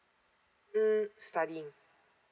mm studying